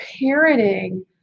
parenting